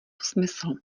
smysl